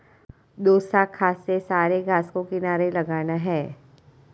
दोशाखा से सारे घास को किनारे लगाना है